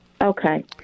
Okay